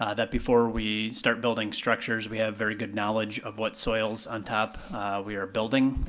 ah that before we start building structures, we have very good knowledge of what soils on top we are building,